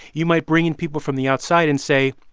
you might bring in people from the outside and say,